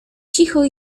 cicho